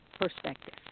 perspective